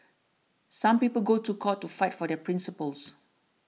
some people go to court to fight for their principles